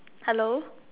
hello